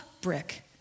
brick